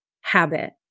habit